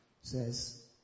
says